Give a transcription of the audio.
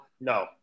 no